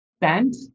bent